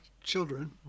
children